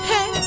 Hey